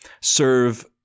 serve